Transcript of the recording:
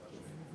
אנחנו ממשיכים